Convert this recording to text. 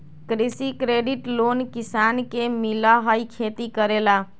कृषि credit loan किसान के मिलहई खेती करेला?